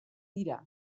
dira